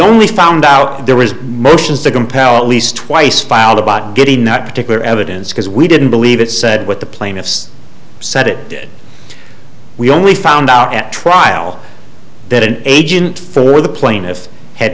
only found out that there was motions to compel at least twice filed about getting that particular evidence because we didn't believe it said what the plaintiffs said it did we only found out at trial that an agent for the pla